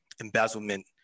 embezzlement